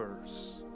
verse